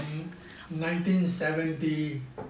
that was in nineteen seventy